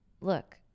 Look